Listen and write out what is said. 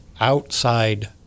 outside